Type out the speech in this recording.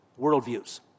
worldviews